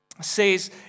says